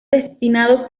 destinados